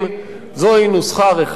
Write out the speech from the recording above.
זוהי נוסחה רחבה,